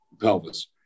pelvis